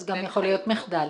אז גם יכול להיות מחדל.